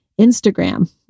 Instagram